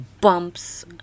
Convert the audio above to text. bumps